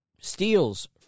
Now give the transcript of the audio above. steals